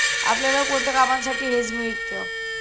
आपल्याला कोणत्या कामांसाठी हेज मिळतं?